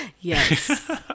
yes